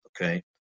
okay